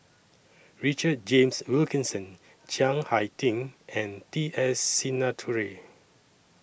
Richard James Wilkinson Chiang Hai Ding and T S Sinnathuray